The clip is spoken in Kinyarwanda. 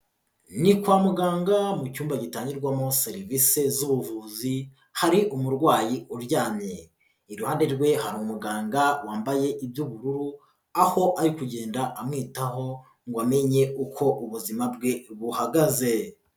Ni kwa muganga, mu cyumba gitangirwamo serivise z'ubuvuzi, hari umurwayi uryamye. Iruhande rwe hari umuganga wambaye iby'ubururu, aho ari kugenda amwitaho ngo amenye uko ubuzima bwe buhagaze.